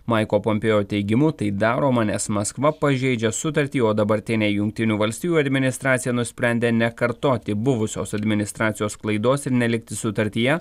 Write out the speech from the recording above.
maiko pompėjo teigimu tai daroma nes maskva pažeidžia sutartį o dabartinė jungtinių valstijų administracija nusprendė nekartoti buvusios administracijos klaidos ir nelikti sutartyje